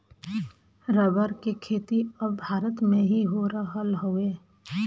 rubber के खेती अब भारत में भी हो रहल हउवे